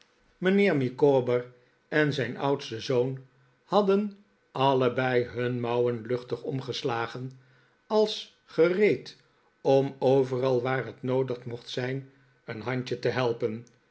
mijnheer micawber en zijn oudsten zpon hadden allebei hun mouwen luchtig omgeslagen als gereed om overal waar het noodig mocht zijn een handje te helpen